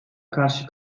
karşı